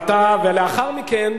אדבר, אחריך,